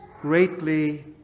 greatly